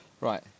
Right